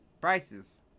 prices